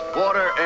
water